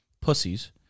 pussies